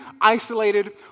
isolated